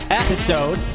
episode